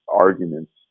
arguments